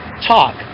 talk